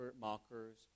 mockers